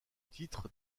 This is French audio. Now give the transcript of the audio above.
titre